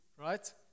Right